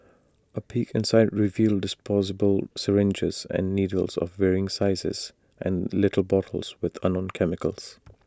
A peek inside revealed disposable syringes and needles of varying sizes and little bottles with unknown chemicals